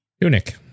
tunic